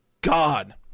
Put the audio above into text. God